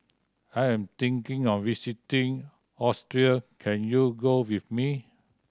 I am thinking of visiting Austria can you go with me